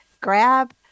grab